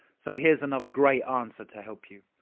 so here's another great answer to help you.